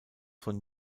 von